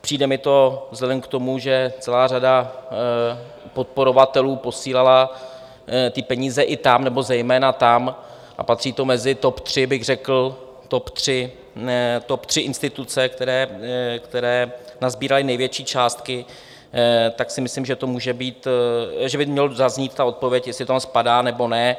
Přijde mi to vzhledem k tomu, že celá řada podporovatelů posílala peníze i tam, nebo zejména tam, a patří to mezi top tři, bych řekl, top tři instituce, které nasbíraly největší částky, tak si myslím, že to může být, že by měla zaznít ta odpověď, jestli to tam spadá, nebo ne.